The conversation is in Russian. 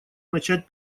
начать